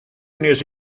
wnes